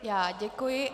Já děkuji.